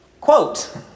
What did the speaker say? Quote